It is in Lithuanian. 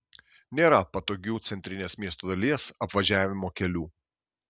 nėra patogių centrinės miesto dalies apvažiavimo kelių